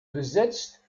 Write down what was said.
besetzt